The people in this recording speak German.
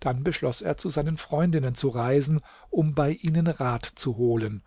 dann beschloß er zu seinen freundinnen zu reisen um bei ihnen rat zu holen